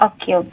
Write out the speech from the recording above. Okay